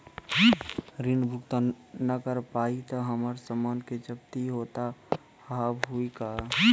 ऋण भुगतान ना करऽ पहिए तह हमर समान के जब्ती होता हाव हई का?